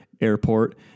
Airport